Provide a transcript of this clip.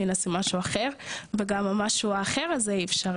מנסים משהו אחר וגם המשהו אחר הזה אי אפשר,